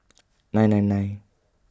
nine nine nine